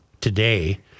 today